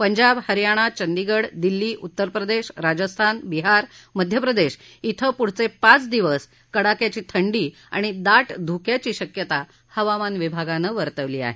पंजाब हरियाणा चंदीगड दिल्लीउत्तर प्रदेश राजस्थान विहार मध्य प्रदेश इथं पुढचे पाच दिवस कडाक्याची थंडी आणि दा धुक्याची शक्यता हवामान विभागानं वर्तवली आहे